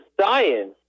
science